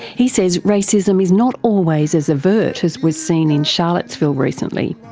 he says racism is not always as overt as was seen in charlottesville recently,